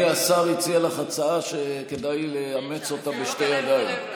לטעמי השר הציע לך הצעה שכדאי לאמץ אותה בשתי ידיים.